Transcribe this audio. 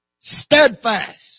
steadfast